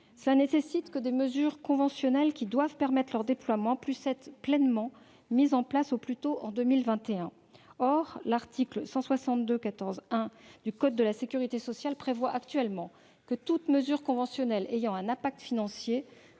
Cela nécessite que les mesures conventionnelles qui doivent permettre leur déploiement soient mises en place au plus tôt en 2021. Or l'article L. 162-14-1 du code de la sécurité sociale prévoit actuellement que toute mesure conventionnelle ayant un impact financier